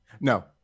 No